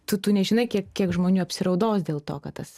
tu tu nežinai kiek kiek žmonių apsiraudos dėl to kad tas